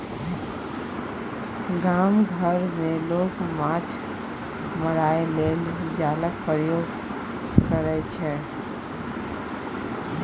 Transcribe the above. गाम घर मे लोक माछ मारय लेल जालक प्रयोग करय छै